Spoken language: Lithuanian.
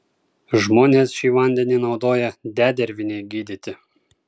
žmonės šį vandenį naudoja dedervinei gydyti